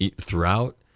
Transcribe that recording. throughout